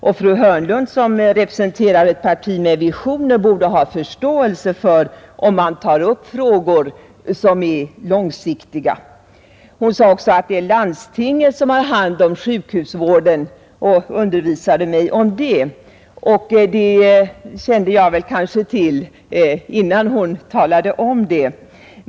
Och fru Hörnlund som representerar ett parti med visioner borde ha förståelse för att man tar upp frågor som är långsiktiga. Fru Hörnlund undervisade mig också om att det är landstingen som har hand om sjukhusvården, och det kände jag väl till innan hon talade om det.